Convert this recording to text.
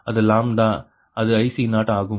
அது லாம்ப்டா அது IC0 ஆகும்